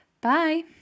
bye